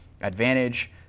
advantage